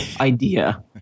idea